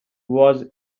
was